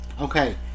Okay